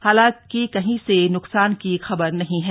हालांकि कहीं से नुकसान की खबर नहीं है